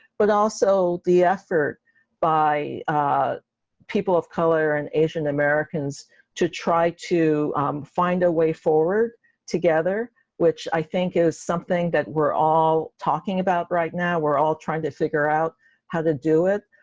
but also the effort by people of color and asian americans to try to find a way forward together which i think is something that we're all talking about right now, we're all trying to figure out how to do it